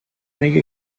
make